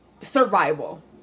survival